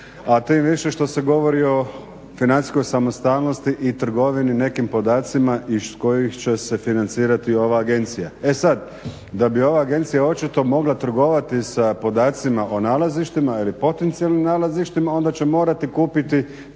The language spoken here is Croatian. a tim više što se govori o financijskoj samostalnosti i trgovini nekim podacima iz kojih će se financirati ova agencija. E sad, da bi ova agencija očito mogla trgovati sa podacima o nalazištima ili potencijalnim nalazištima onda će morati kupiti